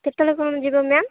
କେତେବେଳେ କ'ଣ ଯିବେ ମ୍ୟାମ୍